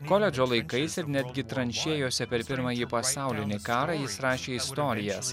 koledžo laikais ir netgi tranšėjose per pirmąjį pasaulinį karą jis rašė istorijas